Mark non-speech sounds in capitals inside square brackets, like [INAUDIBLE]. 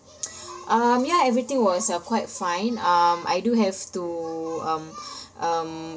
[NOISE] um ya everything was uh quite fine um I do have to um [BREATH] um